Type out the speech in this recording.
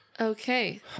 Okay